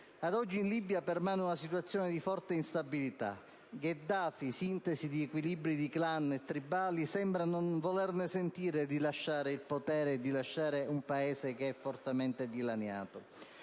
Ad oggi, in Libia permane una situazione di forte instabilità. Gheddafi, sintesi di equilibri di clan e tribali, sembra non volerne sentire di lasciare il potere e il suo Paese, oggi fortemente dilaniato.